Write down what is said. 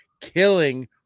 Killing